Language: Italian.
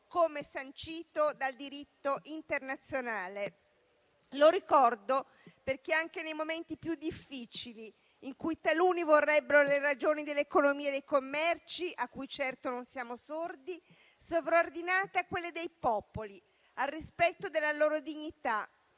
come sancito dal diritto internazionale. Lo ricordo perché anche nei momenti più difficili, in cui taluni vorrebbero le ragioni dell'economia e dei commerci - a cui certo non siamo sordi - sovraordinate a quelle dei popoli e al rispetto della loro dignità,